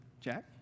Jack